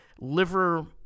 liver